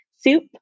soup